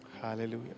Hallelujah